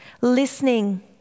listening